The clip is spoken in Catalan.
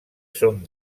són